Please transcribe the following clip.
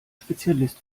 spezialist